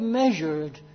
measured